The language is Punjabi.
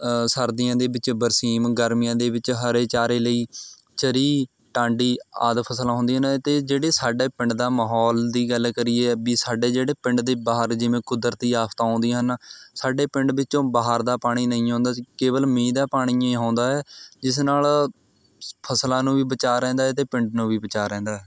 ਸਰਦੀਆਂ ਦੇ ਵਿੱਚ ਬਰਸੀਮ ਗਰਮੀਆਂ ਦੇ ਵਿੱਚ ਹਰੇ ਚਾਰੇ ਲਈ ਚਰ੍ਹੀ ਟਾਂਡੀ ਆਦਿ ਫਸਲਾਂ ਹੁੰਦੀਆਂ ਹਨ ਅਤੇ ਜਿਹੜੇ ਸਾਡੇ ਪਿੰਡ ਦਾ ਮਾਹੌਲ ਦੀ ਗੱਲ ਕਰੀਏ ਵੀ ਸਾਡੇ ਜਿਹੜੇ ਪਿੰਡ ਦੇ ਬਾਹਰ ਜਿਵੇਂ ਕੁਦਰਤੀ ਆਫਤਾਂ ਆਉਂਦੀਆਂ ਹਨ ਸਾਡੇ ਪਿੰਡ ਵਿੱਚੋਂ ਬਾਹਰ ਦਾ ਪਾਣੀ ਨਹੀ ਹੁੰਦਾ ਸੀ ਕੇਵਲ ਮੀਂਹ ਦਾ ਪਾਣੀ ਹੀ ਆਉਂਦਾ ਹੈ ਜਿਸ ਨਾਲ ਫਸਲਾਂ ਨੂੰ ਵੀ ਬਚਾਅ ਰਹਿੰਦਾ ਹੈ ਅਤੇ ਪਿੰਡ ਨੂੰ ਵੀ ਬਚਾਅ ਰਹਿੰਦਾ ਹੈ